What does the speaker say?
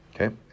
Okay